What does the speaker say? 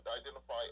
identify